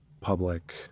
public